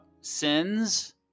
sins